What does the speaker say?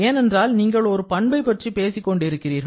ஏனென்றால் நீங்கள் ஒரு பண்பைப் பற்றிப் பேசிக் கொண்டிருக்கிறீர்கள்